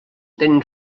tenen